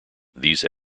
these